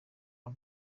aho